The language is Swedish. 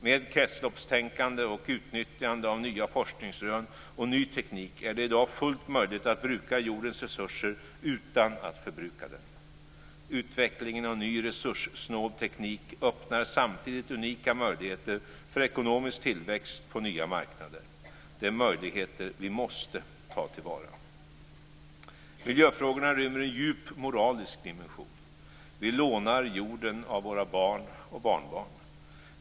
Med kretsloppstänkande och utnyttjande av nya forskningsrön och ny teknik är det i dag fullt möjligt att bruka jordens resurser utan att förbruka dem. Utvecklingen av ny resurssnål teknik öppnar samtidigt unika möjligheter för ekonomisk tillväxt på nya marknader. Det är möjligheter vi måste ta till vara. Miljöfrågorna rymmer en djup moralisk dimension. Vi lånar jorden av våra barn och barnbarn.